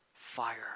Fire